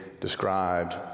described